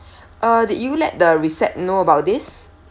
uh did you let the recep~ know about this